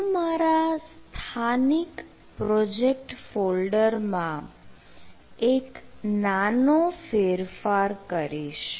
હું મારા સ્થાનિક પ્રોજેક્ટ ફોલ્ડર માં એક નાનો ફેરફાર કરીશ